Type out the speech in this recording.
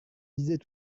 disait